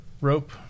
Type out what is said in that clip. rope